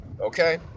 okay